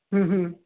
ਹੂੰ ਹੂੰ